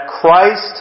Christ